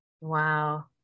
Wow